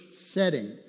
setting